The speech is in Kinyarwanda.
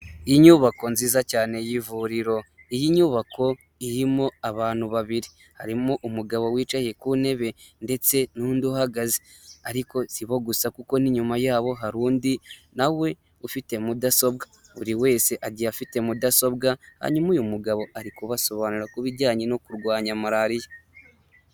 Inyubako nziza cyane y'ivuriro, iyi nyubako irimo abantu babiri, harimo umugabo wicaye ku ntebe ndetse n'undi uhagaze ariko sibo gusa kuko n'inyuma yabo hari undi na we ufite mudasobwa, buri wese agiye afite mudasobwa hanyuma uyu mugabo ari kubasobanurira ku bijyanye no kurwanya malariya.